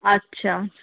अच्छा